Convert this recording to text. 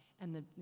and the, you